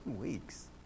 weeks